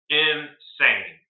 insane